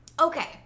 Okay